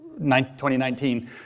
2019